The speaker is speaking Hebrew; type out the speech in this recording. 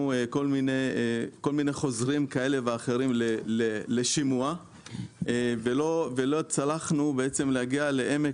כל מיני חוזרים כאלה ואחרים לשימוע ולא הצלחנו להגיע לעמק